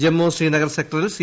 ജമ്മു ശ്രീനഗർ സെക്ടറിൽ സി